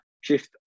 shift